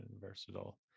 versatile